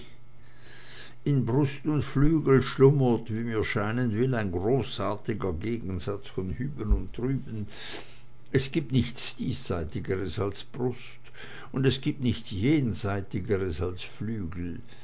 in brust und flügel schlummert wie mir scheinen will ein großartiger gegensatz von hüben und drüben es gibt nichts diesseitigeres als brust und es gibt nichts jenseitigeres als flügel